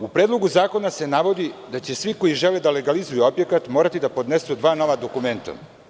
U Predlogu zakona se navodi da će svi koji žele da legalizuju objekat morati da podnesu dva nova dokumenta.